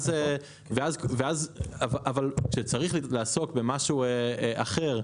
אבל כשצריך לעסוק במשהו אחר,